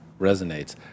resonates